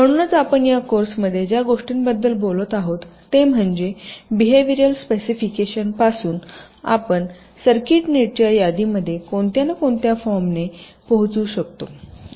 म्हणूनच आपण या कोर्समध्ये ज्या गोष्टींबद्दल बोलत आहोत ते म्हणजे बेहेविअरल स्पेसिफिकेशन पासून आपण सर्किट नेटच्या यादीमध्ये कोणत्या ना कोणत्या फॉर्म ने पोहोचू शकतो